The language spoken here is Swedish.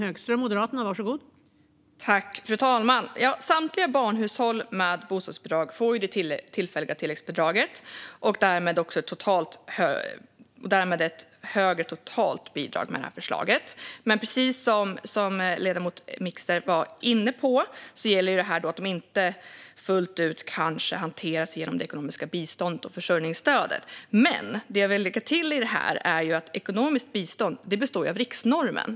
Fru talman! Samtliga barnhushåll med bostadsbidrag får ju det tillfälliga tilläggsbidraget och därmed ett högre totalt bidrag med det här förslaget. Men precis som ledamoten Mixter var inne på gäller det här att de kanske inte fullt ut hanteras genom det ekonomiska biståndet och försörjningsstödet. Det jag vill lägga till här är att ekonomiskt bistånd består av riksnormen.